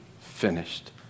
finished